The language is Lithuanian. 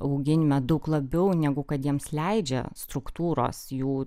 auginime daug labiau negu kad jiems leidžia struktūros jų